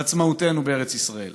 לעצמאותנו בארץ ישראל.